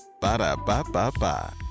Ba-da-ba-ba-ba